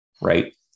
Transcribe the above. right